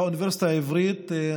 באוניברסיטה העברית.